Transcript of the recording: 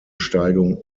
steigung